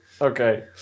Okay